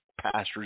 pastors